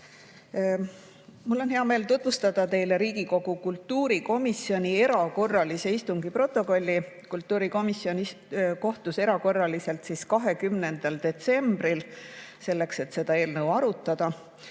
Mul on hea meel tutvustada teile Riigikogu kultuurikomisjoni erakorralise istungi protokolli. Kultuurikomisjon kohtus erakorraliselt 20. detsembril selleks, et seda eelnõu arutada.